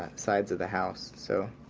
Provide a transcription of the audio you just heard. ah sides of the house. so,